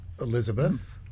Elizabeth